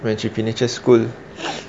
when she finishes school